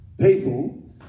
People